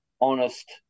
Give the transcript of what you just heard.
honest